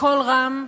בקול רם.